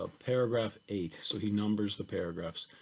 ah paragraph eight, so he numbers the paragraphs